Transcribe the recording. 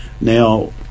now